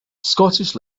scottish